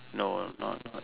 no not not